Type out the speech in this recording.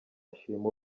ashima